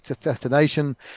destination